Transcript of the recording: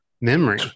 memory